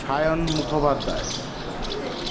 Sayan Mukhopadhyay